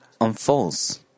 unfolds